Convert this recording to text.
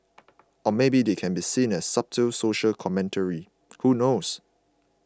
or maybe that can be seen as subtle social commentary who knows